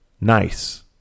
nice